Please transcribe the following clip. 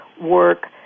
work